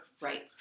Right